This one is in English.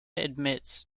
admits